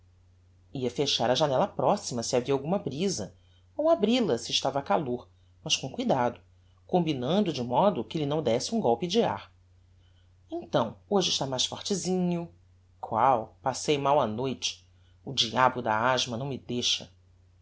ia fechar a janella proxima se havia alguma brisa ou abril a se estava calor mas com cuidado combinando de modo que lhe não désse um golpe de ar então hoje está mais fortesinho qual passei mal a noite o diabo da asthma não me deixa